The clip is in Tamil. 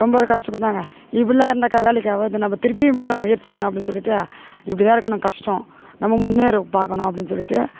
ரொம்பவே கஷ்டப்பட்டாங்க இப்படிலாம் இருந்தாக்கா வேலைக்கு ஆகாது நம்ம திருப்பியும் இப்படி தான் முயற்சிக்கணும் அப்படின் சொல்லிட்டு இப்படி தான் இருக்கணும் கஷ்டம் நம்ம முன்னேற பார்க்கணும் அப்படின் சொல்லிட்டு